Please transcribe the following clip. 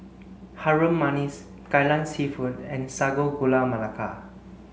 Harum Manis Kai Lan Seafood and Sago Gula Melaka